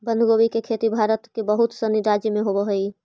बंधगोभी के खेती भारत के बहुत सनी राज्य में होवऽ हइ